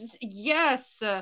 yes